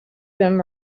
them